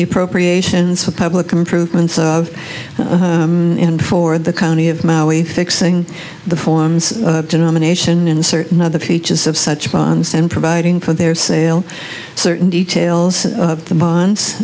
the appropriations for public improvements of and for the county of maui fixing the forms denomination and certain other features of such bonds and providing for their sale certain details of the bonds